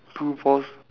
two balls